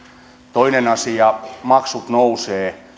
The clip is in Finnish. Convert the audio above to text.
toinen asia maksut nousevat